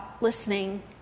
listening